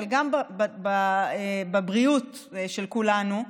אבל גם בבריאות של כולנו,